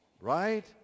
Right